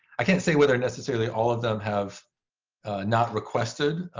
i can't say whether necessarily all of them have not requested,